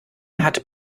hat